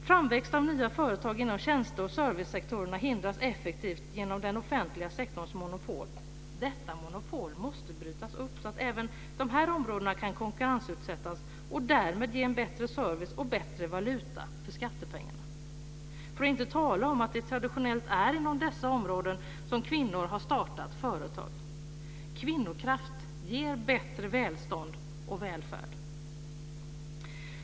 Framväxt av nya företag inom tjänste och servicesektorerna hindras effektivt genom den offentliga sektorns monopol. Detta monopol måste brytas upp, så att även dessa områden kan konkurrensutsättas och därmed ge en bättre service och bättre valuta för skattepengarna. För att inte tala om att det traditionellt är inom dessa områden som kvinnor har startat företag. Kvinnokraft ger bättre välstånd och välfärd.